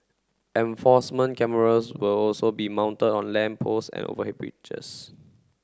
enforcement cameras will also be mounted on lamp post and overhead bridges